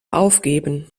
aufgeben